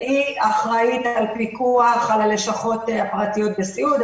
היא אחראית לפיקוח על הלשכות הפרטיות בסיעוד,